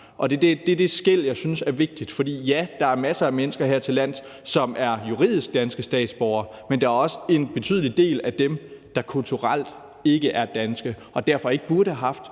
Og det er det skel, jeg synes er vigtigt, for ja, der er masser af mennesker hertillands, som juridisk er danske statsborgere, men der er også en betydelig del af dem, som kulturelt ikke er danske og derfor ikke burde have haft